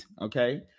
Okay